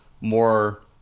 more